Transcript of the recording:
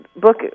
book